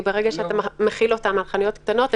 כי ברגע שאתה מחיל את זה על החנויות הקטנות,